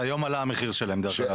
שהיום עלה המחיר שלהם, דרך אגב.